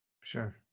Sure